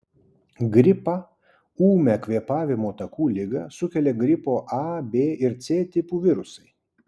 gripą ūmią kvėpavimo takų ligą sukelia gripo a b ir c tipų virusai